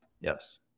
Yes